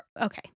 Okay